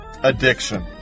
addiction